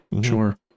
Sure